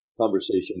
Conversation